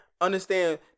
understand